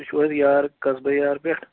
تُہۍ چھُو حظ یار قصبہٕ یارٕ پٮ۪ٹھ